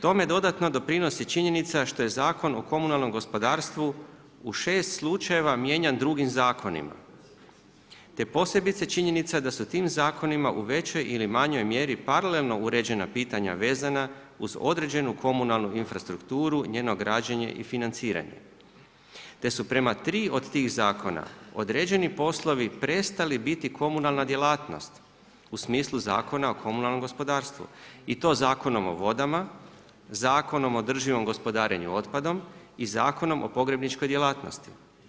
Tome dodatno doprinosi činjenica što je Zakon o komunalnom gospodarstvu šest slučajeva mijenjan drugim zakonima te posebice činjenica da su tim zakonima u većoj ili manjoj mjeri paralelno uređena pitanja vezana uz određenu komunalnu infrastrukturu njeno građenje i financiranje te su prema tri od tih zakona određeni poslovi prestali biti komunalna djelatnost u smislu Zakona o komunalnom gospodarstvu i to Zakonom o vodama, Zakonom o održivom gospodarenju otpadom i Zakonom o pogrebničkoj djelatnosti.